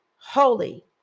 holy